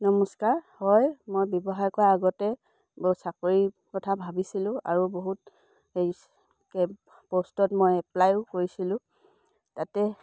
নমস্কাৰ হয় মই ব্যৱসায় কৰা আগতে ব চাকৰি কথা ভাবিছিলোঁ আৰু বহুত এ কেব প'ষ্টত মই এপ্লাইও কৰিছিলোঁ তাতে